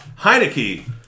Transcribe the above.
Heineke